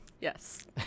Yes